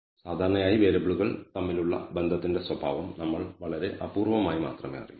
സാധാരണയായി വേരിയബിളുകൾ തമ്മിലുള്ള ബന്ധത്തിന്റെ സ്വഭാവം നമ്മൾ വളരെ അപൂർവമായി മാത്രമേ അറിയൂ